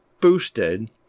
boosted